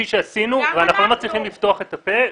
שעשינו ואנחנו לא מצליחים לפתוח את הפה.